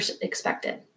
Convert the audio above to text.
expected